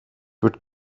would